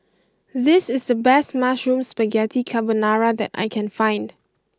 this is the best Mushroom Spaghetti Carbonara that I can find